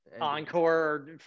encore